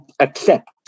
accept